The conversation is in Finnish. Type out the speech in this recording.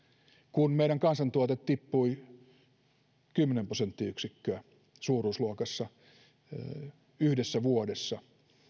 kun meidän kansantuotteemme tippui suuruusluokassa kymmenen prosenttiyksikköä yhdessä vuodessa